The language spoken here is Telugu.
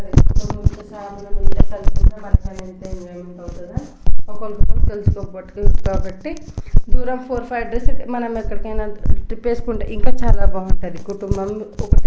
కుటుంబం ఒకసారి మనం ముందే తెలుసుకుంటే మన ఎంత ఎంజాయమెంట్ అవుతుందో ఒకళ్ళకొకళ్ళు తెలుసుకోబట్టి కాబట్టి దూరం ఫోర్ ఫైవ్ డేస్ మనం ఎక్కడికైనా ట్రిప్ వేసుకుంటే ఇంకా చాలా బాగుంటుంది కుటుంబం ఒకటి